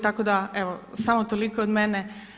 Tako da evo samo toliko od mene.